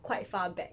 quite far back